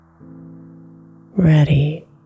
Ready